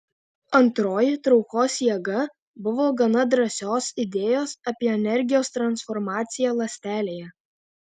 antroji traukos jėga buvo gana drąsios idėjos apie energijos transformaciją ląstelėje